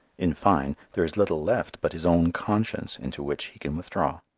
in fine, there is little left but his own conscience into which he can withdraw.